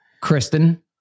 Kristen